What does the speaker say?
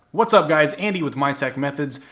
what's up guys? andy with mytechmethods.